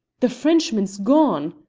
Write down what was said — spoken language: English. the frenchman's gone!